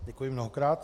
Děkuji mnohokrát.